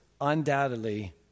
undoubtedly